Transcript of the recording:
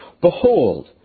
Behold